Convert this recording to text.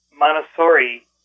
Montessori